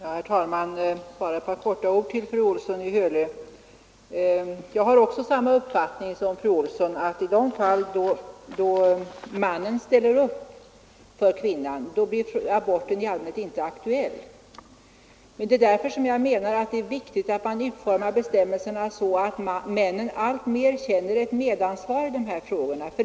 Herr talman! Bara några ord i all korthet till fru Olsson i Hölö. Jag har också den uppfattningen att abort inte blir aktuell i de fall då mannen ställer upp till stöd för kvinnan. Det är därför jag menar att det är viktigt att man utformar bestämmelserna så att männen känner ett medansvar i dessa frågor.